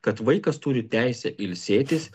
kad vaikas turi teisę ilsėtis